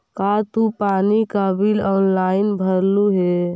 का तू पानी का बिल ऑनलाइन भरलू हे